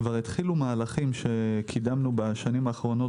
כבר התחילו מהלכים שקידמנו בשנים האחרונות